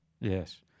Yes